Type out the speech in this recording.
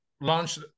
launched